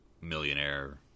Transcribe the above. millionaire